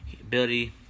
ability